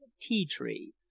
tea-tree